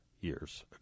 years